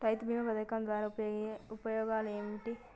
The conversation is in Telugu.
రైతు బీమా పథకం ద్వారా ఉపయోగాలు ఏమిటి?